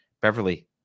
Beverly